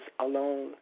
alone